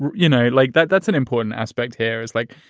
you know, like that. that's an important aspect here is like,